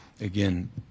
Again